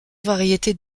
variétés